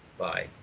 Bye